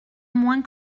moins